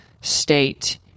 State